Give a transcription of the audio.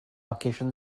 occasion